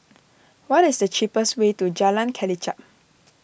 what is the cheapest way to Jalan Kelichap